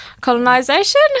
colonization